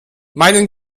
meinen